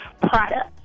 products